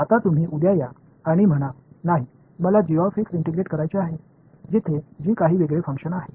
आता तुम्ही उद्या या आणि म्हणा नाही मला इंटिग्रेट करायचे आहे जिथे g काही वेगळे फंक्शन आहे